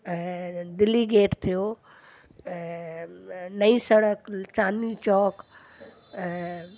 Delhi gate थियो नई सड़क चांदनी चौक